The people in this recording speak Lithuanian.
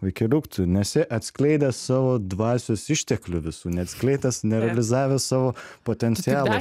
vaikeliuk tu nesi atskleidęs savo dvasios išteklių visų neatskleidęs nerealizavęs savo potencialo